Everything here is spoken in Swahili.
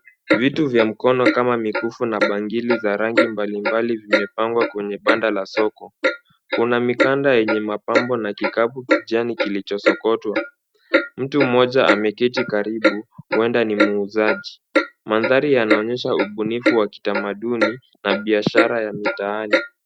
Vitu vya mkono kama mikufu na bangili za rangi mbalimbali vimepangwa kwenye banda la soko. Kuna mikanda yenye mapambo na kikapu kijani kilichosokotwa. Mtu mmoja ameketi karibu, huenda ni muuzaji. Mandhari yanaonyesha ubunifu wa kitamaduni na biashara ya mitaani.